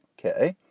ok,